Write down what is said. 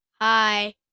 hi